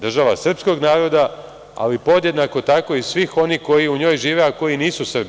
Država je srpskog naroda, ali podjednako tako i svih onih koji u njoj žive, a koji nisu Srbi.